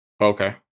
Okay